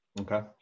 Okay